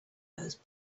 those